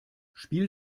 spiel